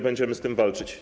Będziemy z tym walczyć.